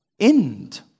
End